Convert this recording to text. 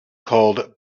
called